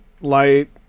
light